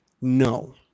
No